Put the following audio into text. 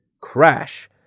Crash